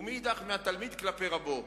ומאידך מהתלמיד כלפי רבו,